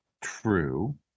true